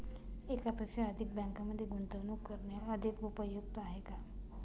एकापेक्षा अधिक बँकांमध्ये गुंतवणूक करणे अधिक उपयुक्त आहे का?